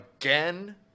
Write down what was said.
again